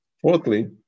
Fourthly